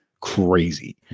crazy